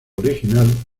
original